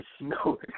No